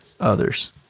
others